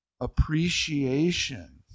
appreciation